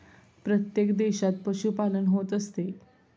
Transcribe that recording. प्रत्येक देशात पशुपालन होत असते